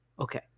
Okay